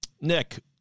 nick